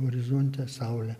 horizonte saulė